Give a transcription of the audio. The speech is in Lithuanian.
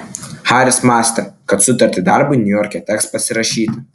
haris mąstė kad sutartį darbui niujorke teks pasirašyti